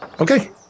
Okay